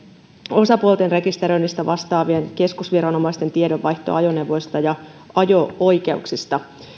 osapuolten rekisteröinnistä vastaavien keskusviranomaisten tiedonvaihtoa ajoneuvoista ja ajo oikeuksista